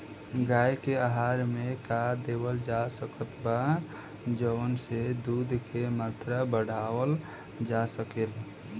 गाय के आहार मे का देवल जा सकत बा जवन से दूध के मात्रा बढ़ावल जा सके?